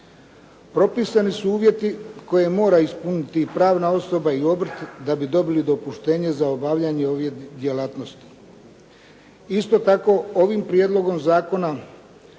Propisani su uvjeti koje mora ispuniti pravna osoba i obrt da bi dobili dopuštenje za obavljanje ove djelatnosti. Isto tako ovim prijedlogom zakona